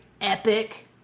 epic